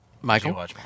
Michael